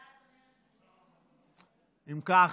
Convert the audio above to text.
תודה,